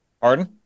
Pardon